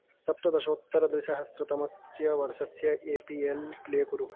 सप्तदशोत्तरद्विसहस्रतमस्य वर्षस्य A P L play कुरु